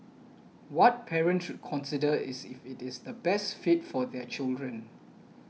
what parents consider is if it is the best fit for their children